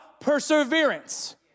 Perseverance